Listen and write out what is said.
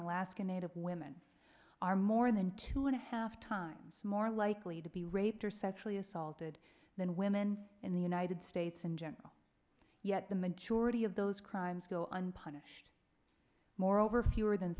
alaskan native women are more than two and a half times more likely to be raped or sexually assaulted than women in the united states in general yet the majority of those crimes go unpunished moreover fewer than